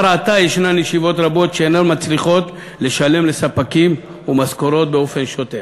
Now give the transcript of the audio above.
כבר עתה יש ישיבות רבות שאינן מצליחות לשלם לספקים ומשכורות באופן שוטף.